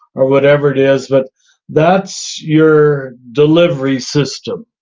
or whatever it is. but that's your delivery system,